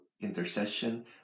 intercession